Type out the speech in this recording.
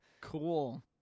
Cool